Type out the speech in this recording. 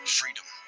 freedom